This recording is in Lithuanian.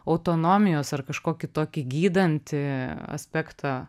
autonomijos ar kažkokį tokį gydantį aspektą